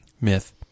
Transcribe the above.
Myth